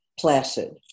Placid